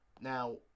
now